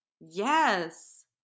Yes